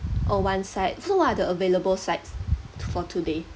oh one side so what are the available sides for today